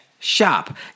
Shop